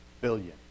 Billion